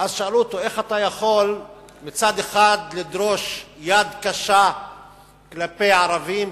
ואז שאלו אותו: איך אתה יכול מצד אחד לדרוש יד קשה כלפי ערבים,